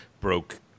broke